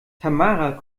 tamara